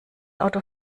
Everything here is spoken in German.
auto